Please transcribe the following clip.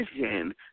Vision